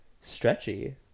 stretchy